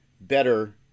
better